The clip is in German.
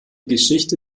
geschichte